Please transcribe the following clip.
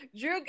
Drew